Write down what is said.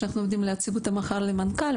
שאנחנו עומדים להציג אותה מחר למנכ"ל,